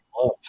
love